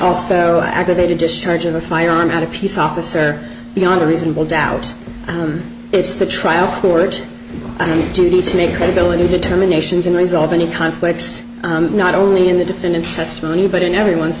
also aggravated discharge of a firearm had a peace officer beyond a reasonable doubt it's the trial court duty to make credibility determinations and resolve any conflicts not only in the defendant's testimony but in everyone's